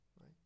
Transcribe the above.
Right